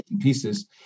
pieces